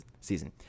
season